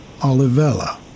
Olivella